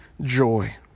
joy